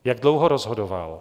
Jak dlouho rozhodoval?